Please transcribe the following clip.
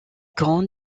grands